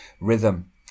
rhythm